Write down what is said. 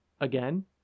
Again